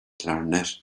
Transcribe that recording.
clarinet